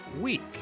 week